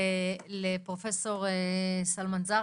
שנעשו כאן בעבר, ביקשנו לכאן את פרופסור נחמן אש,